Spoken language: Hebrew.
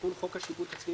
"תיקון חוק השיפוט הצבאי,